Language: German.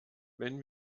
wenn